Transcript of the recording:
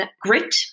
grit